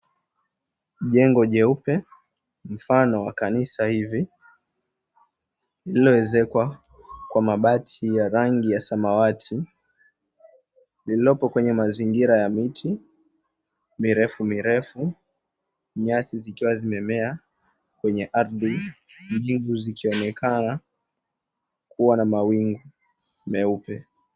Jengo jeupe mfano wa kanisa hivi lililoezekwa kwa mabati ya rangi ya samawati, lililopokwenye mazingira ya miti mirefu mirefu nyasi zikiwa zimemea kwenye arthi tulivu zikionekana kua na mawingu meupe.